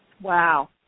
Wow